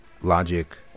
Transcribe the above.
logic